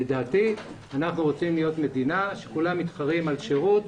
לדעתי אנחנו רוצים להיות מדינה שכולם מתחרים על שירות